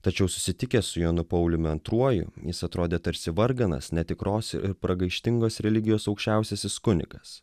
tačiau susitikęs su jonu pauliumi antruoju jis atrodė tarsi varganas netikros ir pragaištingos religijos aukščiausiasis kunigas